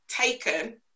taken